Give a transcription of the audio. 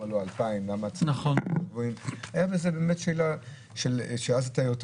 למה לא 2,000. הייתה שאלה שאז אתה יותר